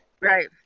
Right